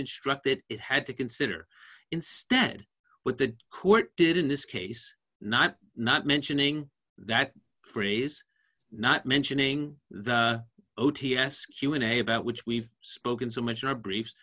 instructed it had to consider instead what the court did in this case not not mentioning that phrase not mentioning the o t s humanae about which we've spoken so much in our brief